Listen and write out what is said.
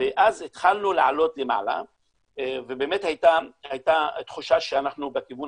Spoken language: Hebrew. ואז התחלנו לעלות למעלה ובאמת הייתה תחושה שאנחנו בכיוון